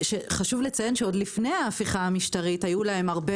חשוב לציין שעוד לפני ההפיכה המשטרית היו להם הרבה